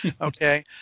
okay